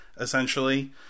essentially